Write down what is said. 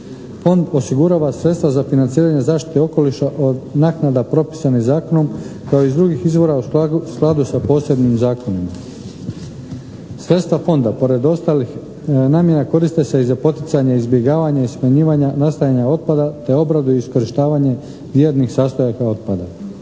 Fond osigurava sredstva za financiranje zaštite okoliša od naknada propisanih zakonom kao i iz drugih izvora u skladu sa posebnim zakonima. Sredstva Fonda pored ostalih namjena koriste se i za poticanje izbjegavanja i smanjivanja, nastajanja otpada te obradu i iskorištavanje … /Govornik